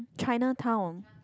Chinatown